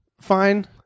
Fine